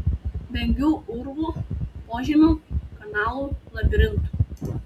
vengiu urvų požemių kanalų labirintų